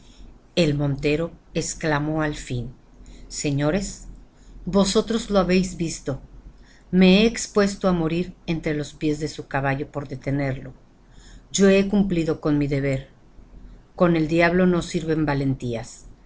el montero exclamó al fin señores vosotros lo habéis visto me he expuesto á morir entre los pies de su caballo por detenerle yo he cumplido con mi deber con el diablo no sirven valentías